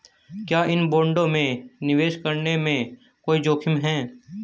क्या इन बॉन्डों में निवेश करने में कोई जोखिम है?